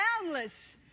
boundless